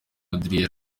adrien